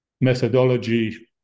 methodology